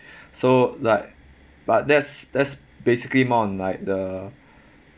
so like but that's that's basically more on like the